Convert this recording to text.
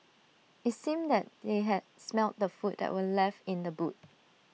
IT seemed that they had smelt the food that were left in the boot